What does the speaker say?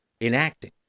enacting